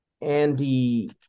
Andy